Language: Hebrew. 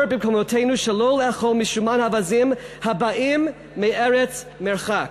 במקומותינו שלא לאכול משומן אווזים הבאים מארץ מרחק".